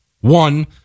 One